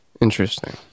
Interesting